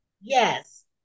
Yes